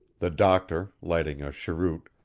the doctor, lighting a cheroot,